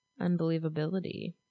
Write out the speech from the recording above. unbelievability